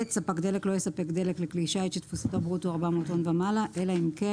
ספק דלק לא יספק דלק לכלי שיט שתפוסתו ברוטו 400 טון ומעלה אלא אם כן